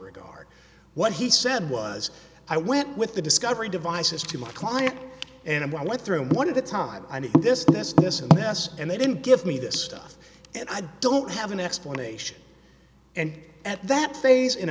regard what he said was i went with the discovery devices to my client and i went through one of the time and this this this and this and they didn't give me this stuff and i don't have an explanation and at that phase in